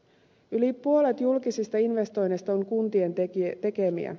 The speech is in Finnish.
yli puolet julkisista investoinneista on kuntien tekemiä